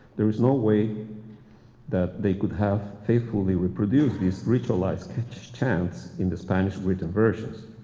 there is no way that they could have faithfully reproduced these ritualized chants in the spanish written versions.